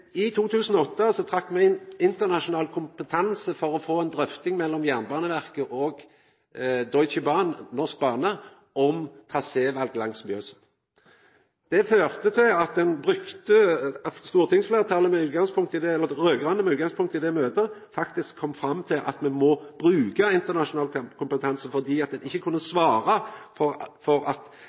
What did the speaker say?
I 2008 trekte me inn internasjonal kompetanse for å få ei drøfting mellom Jernbaneverket og Deutsche Bahn/Norsk Bane om traséval langs Mjøsa. Det førte til at stortingsfleirtalet – dei raud-grøne – med utgangspunkt i det møtet faktisk kom fram til at me må bruka internasjonal kompetanse, for ein kunne ikkje svara for at